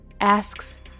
asks